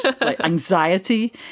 anxiety